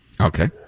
Okay